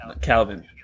Calvin